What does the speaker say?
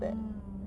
mm